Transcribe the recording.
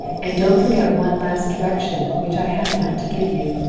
and don't forget one last direction which i have now to give you.